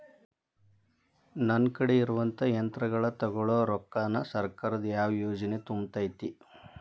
ನನ್ ಕಡೆ ಇರುವಂಥಾ ಯಂತ್ರಗಳ ತೊಗೊಳು ರೊಕ್ಕಾನ್ ಸರ್ಕಾರದ ಯಾವ ಯೋಜನೆ ತುಂಬತೈತಿ?